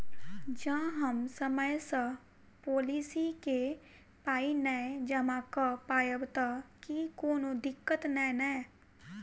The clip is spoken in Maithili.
जँ हम समय सअ पोलिसी केँ पाई नै जमा कऽ पायब तऽ की कोनो दिक्कत नै नै?